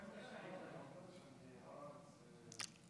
ההצעה להעביר את הנושא לוועדת הפנים והגנת הסביבה נתקבלה.